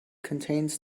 contains